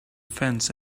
fence